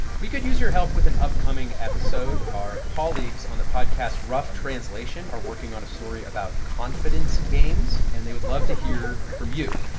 we could use your help with an upcoming episode. our colleagues on the podcast rough translation are working on a story about confidence games, and they would love to hear from you.